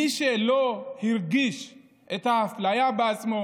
מי שלא הרגיש את האפליה בעצמו,